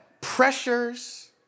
Pressures